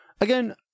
Again